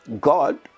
god